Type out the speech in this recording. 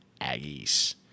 Aggies